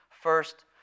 First